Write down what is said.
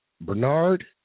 Bernard